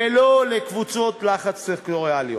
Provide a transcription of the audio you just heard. ולא לקבוצות לחץ סקטוריאליות.